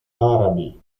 arabi